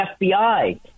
FBI